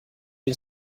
you